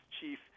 chief